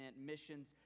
missions